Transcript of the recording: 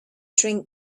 drink